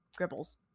Gribbles